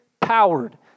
powered